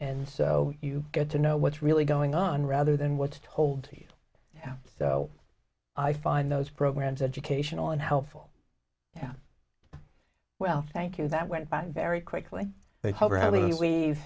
and so you get to know what's really going on rather than what hold you yeah so i find those programs educational and helpful yeah well thank you that went by very quickly